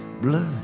blood